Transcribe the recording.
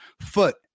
foot